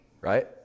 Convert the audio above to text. right